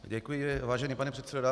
Děkuji, vážený pane předsedo.